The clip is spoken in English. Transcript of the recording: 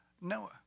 Noah